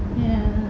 ya